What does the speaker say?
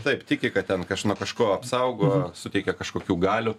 taip tiki kad ten nuo kažko apsaugo suteikia kažkokių galių